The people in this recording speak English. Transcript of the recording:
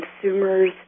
consumers